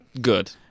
good